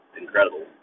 incredible